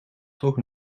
toch